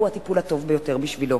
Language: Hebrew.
מהו הטיפול הטוב ביותר בשבילו.